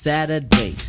Saturday